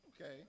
Okay